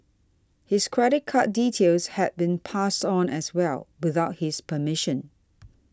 his credit card details had been passed on as well without his permission